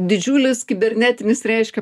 didžiulis kibernetinis reiškia